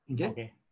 okay